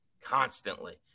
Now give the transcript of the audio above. constantly